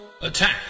Attack